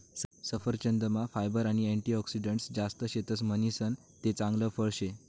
सफरचंदमा फायबर आणि अँटीऑक्सिडंटस जास्त शेतस म्हणीसन ते चांगल फळ शे